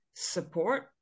Support